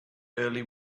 early